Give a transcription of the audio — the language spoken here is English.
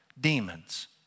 Demons